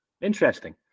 Interesting